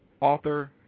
author